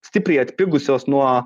stipriai atpigusios nuo